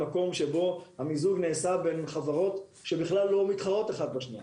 מקום שבו המיזוג נעשה בין חברות שבכלל לא מתחרות אחת בשנייה